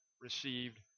received